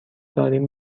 داریم